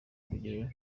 urugero